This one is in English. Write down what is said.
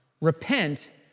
repent